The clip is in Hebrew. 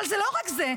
אבל זה לא רק זה.